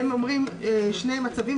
הם אומרים שני מצבים,